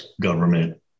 government